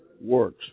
Works